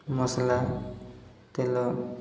ମସଲା ତେଲ